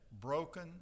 broken